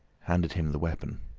handed him the weapon.